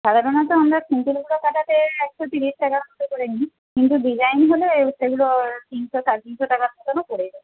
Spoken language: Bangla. সাধারণত আমরা কাটাতে একশো তিরিশ টাকা করে করে নিই কিন্তু ডিজাইন হলে সেগুলো তিনশো সাড়ে তিনশোর টাকার মতনও পড়ে যায়